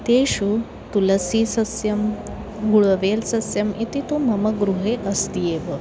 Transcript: तेषु तुलसीसस्यं गुळवेल् सस्यम् इति तु मम गृहे अस्ति एव